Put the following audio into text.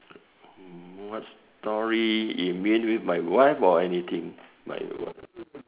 mm what story you mean with my wife or anything my wife